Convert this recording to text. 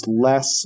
less